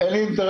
"אין לי אינטרס,